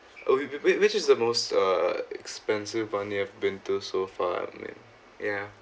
uh whi~ which is the most uh expensive ones you been to so far like ya